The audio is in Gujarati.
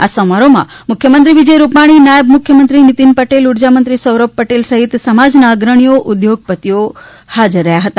આ સમારોહમાં મુખ્યમંત્રી વિજય રૂપાણી નાયબ મુખ્યમંત્રી નીતીન પટેલ ઉર્જામંત્રી સૌરભ પટેલ સહિત સમાજના અગ્રણીઓ ઉદ્યોગપતિઓ હાજર રહ્યા હતા